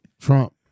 Trump